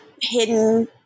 hidden